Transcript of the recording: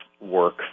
work